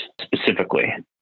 specifically